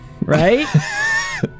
Right